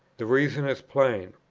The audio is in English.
the reason is plain.